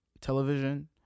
television